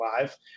live